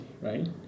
right